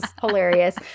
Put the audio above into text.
hilarious